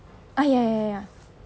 ah ya ya ya